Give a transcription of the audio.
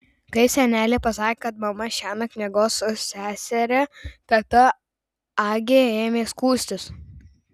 kai senelė pasakė kad mama šiąnakt miegos su seseria teta agė ėmė skųstis